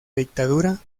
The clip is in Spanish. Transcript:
dictadura